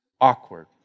Awkward